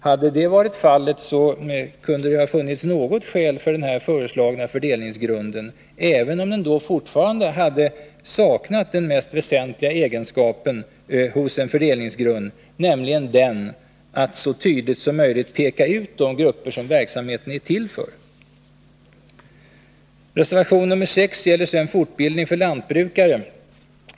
Hade så varit fallet, kunde det ha funnits något skäl för den föreslagna fördelningsgrunden, även om den då fortfarande hade saknat den mest väsentliga egenskapen hos en fördelningsgrund, nämligen den att så tydligt som möjligt peka ut de grupper verksamheten är till för. Reservation nr 6 gäller fortbildning för lantbrukare.